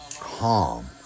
calm